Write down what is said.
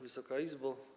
Wysoka Izbo!